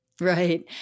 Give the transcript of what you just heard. Right